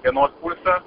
dienos pulsą